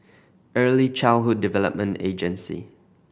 Early Childhood Development Agency